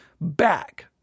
back